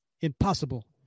Impossible